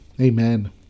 Amen